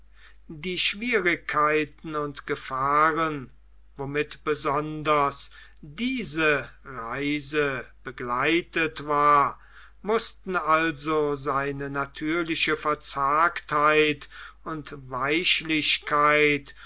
die schwierigkeiten und gefahren womit besonders diese reise begleitet war mußten also seine natürliche verzagtheit und